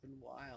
wild